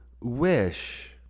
wish